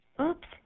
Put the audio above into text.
Oops